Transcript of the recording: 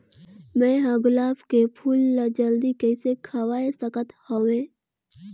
मैं ह गुलाब के फूल ला जल्दी कइसे खवाय सकथ हवे?